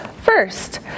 First